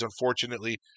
unfortunately